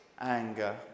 anger